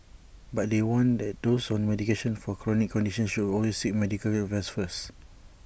but they warn that those on medication for chronic conditions should always seek medical advice first